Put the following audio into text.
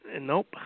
nope